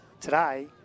today